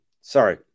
Sorry